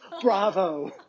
Bravo